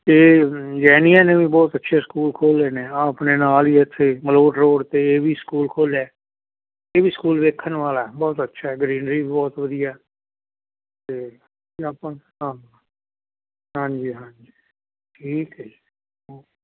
ਅਤੇ ਜੈਨੀਆਂ ਨੇ ਵੀ ਬਹੁਤ ਅੱਛੇ ਸਕੂਲ ਖੋਲ੍ਹੇ ਨੇ ਇਹ ਆਪਣੇ ਨਾਲ ਹੀ ਇੱਥੇ ਮਲੋਟ ਰੋਡ 'ਤੇ ਇਹ ਵੀ ਸਕੂਲ ਖੋਲ੍ਹਿਆ ਇਹ ਵੀ ਸਕੂਲ ਵੇਖਣ ਵਾਲਾ ਬਹੁਤ ਅੱਛਾ ਗਰੀਨਰੀ ਬਹੁਤ ਵਧੀਆ ਅਤੇ ਆਪਾਂ ਹਾਂ ਹਾਂਜੀ ਹਾਂਜੀ ਠੀਕ ਹੈ ਜੀ ਓਕੇ